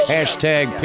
Hashtag